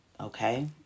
Okay